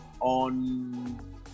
on